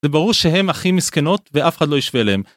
זה ברור שהם הכי מסכנות ואף אחד לא ישווה להם.